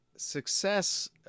Success